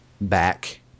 back